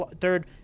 third